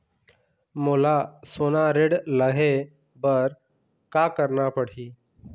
मोला सोना ऋण लहे बर का करना पड़ही?